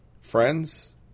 friends